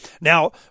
Now